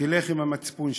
תלך עם המצפון שלך,